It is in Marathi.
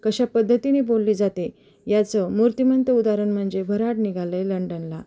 कशा पद्धतीने बोलली जाते याचं मूर्तिमंत उदाहरण म्हणजे वऱ्हाड निघालंय लंडनला